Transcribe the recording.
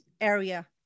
area